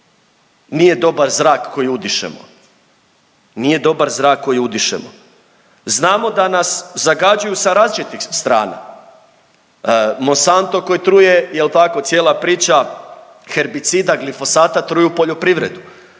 nije dobar zrak koji udišemo. Znamo da nas zagađuju sa različitih strana, Monsanto koji truje jel tako, cijela priča, herbicida, glifosata truju poljoprivredu,